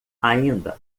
ainda